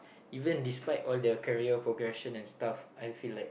even despite all their career progression and stuff I feel like